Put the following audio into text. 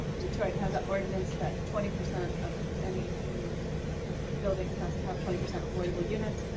detroit has an ordinance that twenty percent of any new buildings has to have twenty percent affordable units,